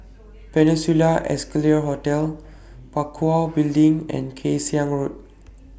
Peninsula Excelsior Hotel Parakou Building and Kay Siang Road